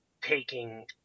taking